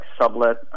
sublet